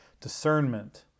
discernment